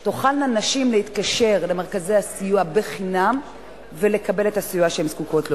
נשים תוכלנה להתקשר למרכזי הסיוע חינם ולקבל את הסיוע שהן זקוקות לו.